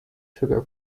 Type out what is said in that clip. sugar